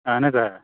اَہَن حظ آ